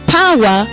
power